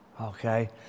Okay